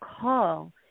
call